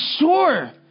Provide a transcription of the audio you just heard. sure